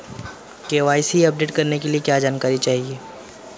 KYC update करने के लिए क्या जानकारी चाहिए?